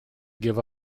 give